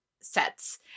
sets